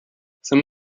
some